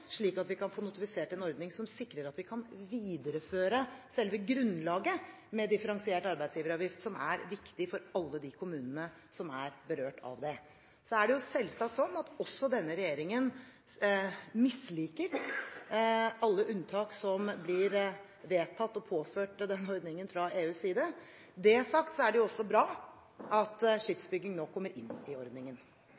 slik at vi kan få notifisert en ordning som sikrer at vi kan videreføre selve grunnlaget med differensiert arbeidsgiveravgift, som er viktig for alle de kommunene som er berørt av det. Så er det selvsagt sånn at også denne regjeringen misliker alle unntak som blir vedtatt og påført denne ordningen fra EUs side. Når det er sagt, er det også bra at